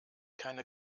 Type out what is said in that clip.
keine